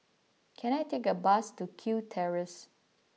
can I take a bus to Kew Terrace